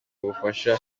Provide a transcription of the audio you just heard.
ubufasha